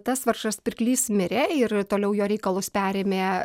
tas vargšas pirklys mirė ir toliau jo reikalus perėmė